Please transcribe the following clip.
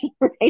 right